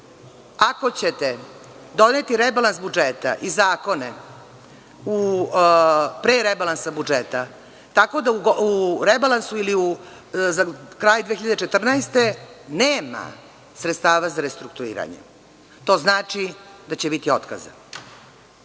Ako ćete doneti rebalans budžeta i zakone pre rebalansa budžeta tako da u rebalansu ili za kraj 2014. godine nema sredstava za restrukturiranje, to znači da će biti otkaza.